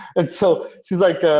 and so, she's like,